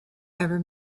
ever